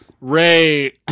Ray